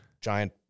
giant